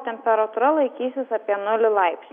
na o temperatūra laikysis apie nulį laipsnių